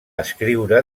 escriure